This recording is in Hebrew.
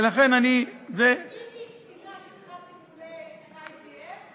אז אם היא קצינה שצריכה טיפולי IVF,